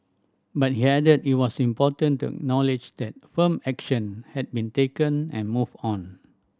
but he added it was important to acknowledge that firm action had been taken and move on